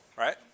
right